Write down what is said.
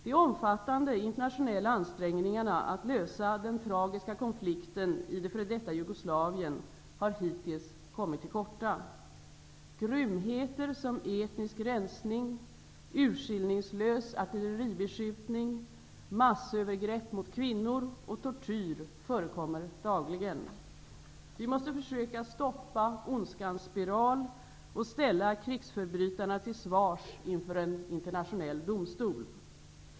De omfattande internationella ansträngningarna att lösa den tragiska konflikten i det f.d. Jugoslavien har hittills kommit till korta. Grymheter som etnisk rensning, urskillningslös artilleribeskjutning, massövergrepp mot kvinnor och tortyr förekommer dagligen. Vi måste försöka stoppa ondskans spiral och ställa krigsförbrytarna till svars inför en internationell domstol.